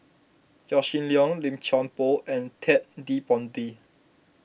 Yaw Shin Leong Lim Chuan Poh and Ted De Ponti